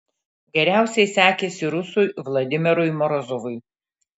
geriausiai sekėsi rusui vladimirui morozovui